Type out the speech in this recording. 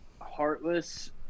heartless